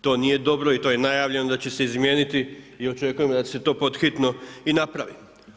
To nije dobro i to je najavljeno da će se izmijeniti i očekujem da će se to pod hitno i napraviti.